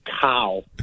cow